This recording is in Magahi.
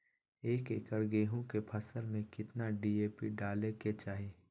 एक एकड़ गेहूं के फसल में कितना डी.ए.पी डाले के चाहि?